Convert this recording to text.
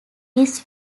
his